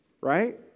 right